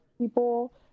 people